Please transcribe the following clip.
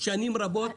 שנים רבות.